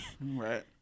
Right